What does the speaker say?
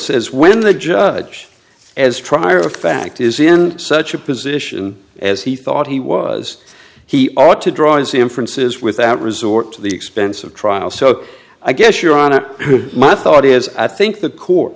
says when the judge as trier of fact is in such a position as he thought he was he ought to draw his inferences without resort to the expense of trial so i guess your honor my thought is i think the court